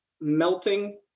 melting